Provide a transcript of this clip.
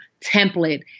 template